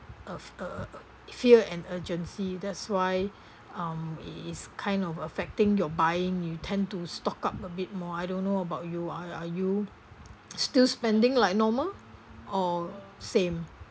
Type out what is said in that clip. of a a a fear and urgency that's why um it is kind of affecting your buying you tend to stock up a bit more I don't know about you are are you still spending like normal or same